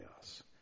chaos